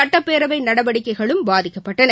சட்டப்பேரவை நடவடிக்கைகளும் பாதிக்கப்பட்டன